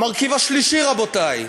המרכיב השלישי, רבותי,